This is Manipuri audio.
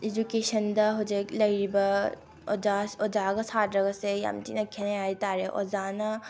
ꯏꯖꯨꯀꯦꯁꯟꯗ ꯍꯧꯖꯤꯛ ꯂꯩꯔꯤꯕ ꯑꯣꯖꯥ ꯑꯣꯖꯥꯒ ꯁꯥꯇ꯭ꯔꯒꯁꯦ ꯌꯥꯝ ꯊꯤꯅ ꯈꯦꯅꯩ ꯍꯥꯏꯕꯔꯦ